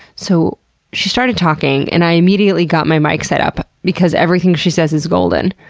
so she started talking and i immediately got my mic set up because everything she says is golden.